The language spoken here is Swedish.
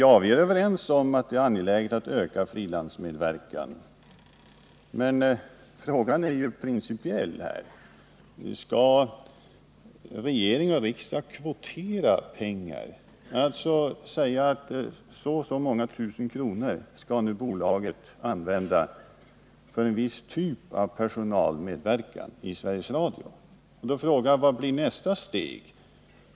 Vi är överens om att det är angeläget att öka frilansmedverkan, men frågan är ju principiell: Skall regering och riksdag kvotera pengar, alltså säga att så och så många tusen kronor skall nu bolaget använda för en viss typ av Ko personalmedverkan i Sveriges Radio? Då är frågan: Vad blir nästa steg?